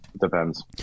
depends